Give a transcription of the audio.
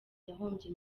yahombye